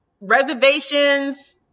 Reservations